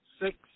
six